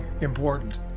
important